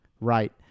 right